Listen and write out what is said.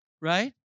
Right